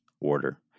order